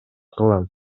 кылам